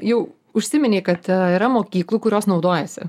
jau užsiminei kad yra mokyklų kurios naudojasi